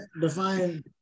define